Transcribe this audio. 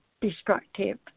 destructive